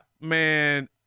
man